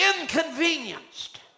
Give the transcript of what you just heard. inconvenienced